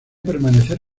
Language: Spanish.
permanecer